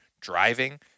driving